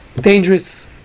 dangerous